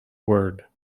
word